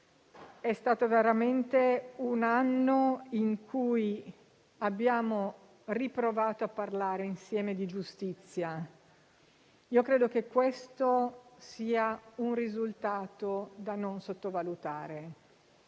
è stato un anno in cui abbiamo riprovato a parlare insieme di giustizia. Credo che questo sia un risultato da non sottovalutare,